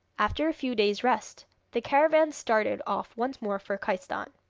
after a few days' rest, the caravan started off once more for khaistan